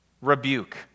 Rebuke